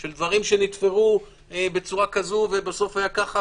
של דברים שנתפרו ובסוף היה כך וכך,